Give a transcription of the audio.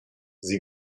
sie